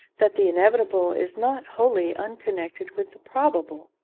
that the inevitable is not wholly unconnected with the probable